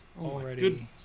Already